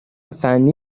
فنی